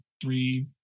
three